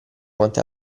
quante